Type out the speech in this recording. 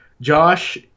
Josh